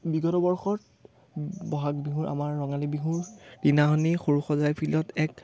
বিগতবৰ্ষত বহাগ বিহুৰ আমাৰ ৰঙালী বিহুৰ দিনাখনি সৰুসজাই ফিল্ডত এক